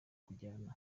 kujyana